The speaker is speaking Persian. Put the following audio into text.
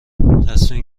صمیم